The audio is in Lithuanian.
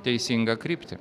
teisingą kryptį